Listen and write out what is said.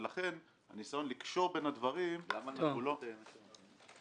ולכן הניסיון לקשור בין הדברים הוא לא --- למה נעשתה על "נשר"?